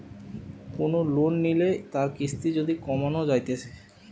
কোন লোন লিলে তার কিস্তি যদি কমানো যাইতেছে